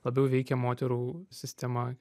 labiau veikia moterų sistema